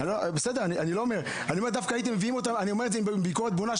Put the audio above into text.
אני אומר את זה כביקורת בונה,